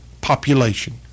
population